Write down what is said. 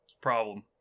problem